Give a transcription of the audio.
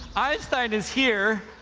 einstein is here.